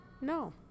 no